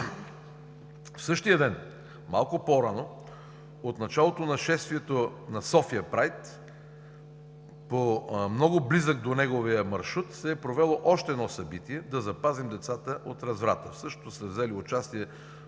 В същия ден, малко по-рано от началото на шествието на София Прайд, по много близък до неговия маршрут, се е провело още едно събитие – „Да запазим децата от разврата“. В същото са взели участие